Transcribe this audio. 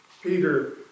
Peter